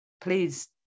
please